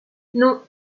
non